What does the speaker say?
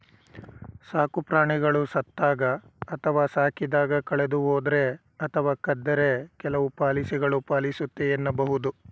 ಸಾಕುಪ್ರಾಣಿಗಳು ಸತ್ತಾಗ ಅಥವಾ ಸಾಕಿದಾಗ ಕಳೆದುಹೋದ್ರೆ ಅಥವಾ ಕದ್ದರೆ ಕೆಲವು ಪಾಲಿಸಿಗಳು ಪಾಲಿಸುತ್ತೆ ಎನ್ನಬಹುದು